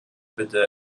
bitte